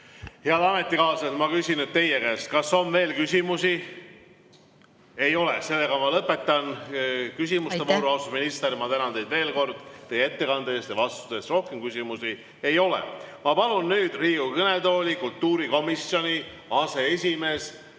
Head ametikaaslased, ma küsin nüüd teie käest, kas on veel küsimusi. Ei ole. Seega ma lõpetan küsimuste vooru. Austatud minister, ma tänan teid veel kord teie ettekande eest ja vastuste eest. Rohkem küsimusi ei ole. Ma palun nüüd Riigikogu kõnetooli kultuurikomisjoni aseesimehe